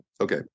Okay